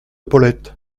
paulette